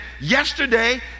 yesterday